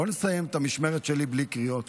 בוא נסיים את המשמרת שלי בלי קריאות.